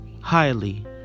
Highly